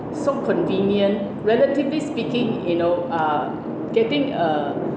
so convenient relatively speaking you know uh getting uh